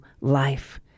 life